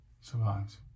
Survives